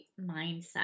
mindset